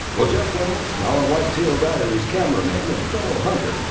well jeff reynolds, our whitetail diaries cameraman and fellow hunter,